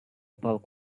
bulk